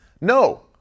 No